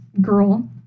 girl